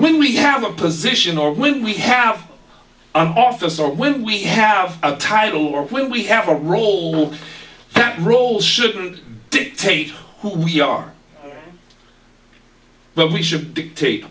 when we have a position or when we have an office or when we have a title or when we have a role that role shouldn't dictate who we are but we should dictate